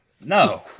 no